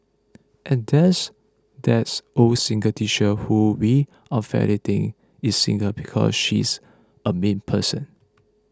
and there's that's old single teacher who we unfairly think is single because she's a mean person